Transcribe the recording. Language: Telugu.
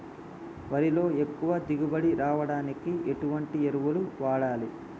వరిలో ఎక్కువ దిగుబడి రావడానికి ఎటువంటి ఎరువులు వాడాలి?